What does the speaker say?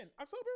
October